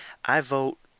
i vote,